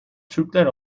türkler